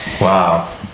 Wow